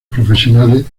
profesionales